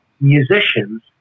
musicians